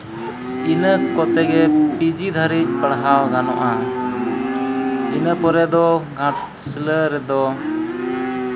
ᱤᱱᱟᱹ ᱠᱚᱛᱮ ᱜᱮ ᱯᱤᱡᱤ ᱫᱷᱟᱹᱵᱤᱡ ᱯᱟᱲᱦᱟᱣ ᱜᱟᱱᱚᱜᱼᱟ ᱤᱱᱟᱹ ᱯᱚᱨᱮ ᱫᱚ ᱜᱷᱟᱴᱥᱤᱞᱟᱹ ᱨᱮᱫᱚ